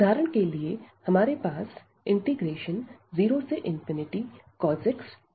उदाहरण के लिए हमारे पास 0cos xdx है